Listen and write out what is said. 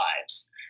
lives